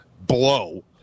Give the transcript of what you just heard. blow